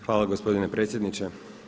Hvala gospodine predsjedniče.